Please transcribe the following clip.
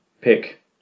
pick